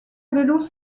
vélos